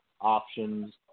options